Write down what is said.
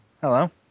Hello